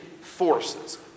forces